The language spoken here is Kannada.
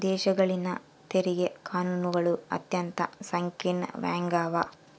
ದೇಶಗಳಲ್ಲಿನ ತೆರಿಗೆ ಕಾನೂನುಗಳು ಅತ್ಯಂತ ಸಂಕೀರ್ಣವಾಗ್ಯವ